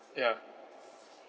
ya